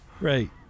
Right